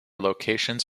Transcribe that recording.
locations